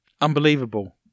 Unbelievable